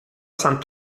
san